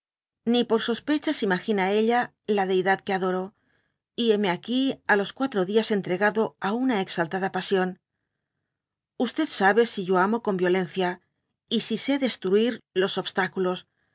ni por sospechas ima gina ella la deidad que adoro y heme aquí á los cuatro dias entregado á una exaltada pasión sabe si yo amo con violencia y si sé destruir los obstáculos